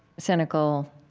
cynical